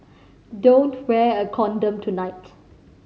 don't wear a condom tonight